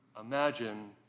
imagine